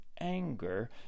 anger